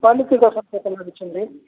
ଲାଗିଛନ୍ତି